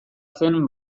zen